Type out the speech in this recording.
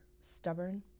stubborn